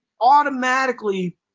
automatically